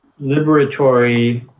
liberatory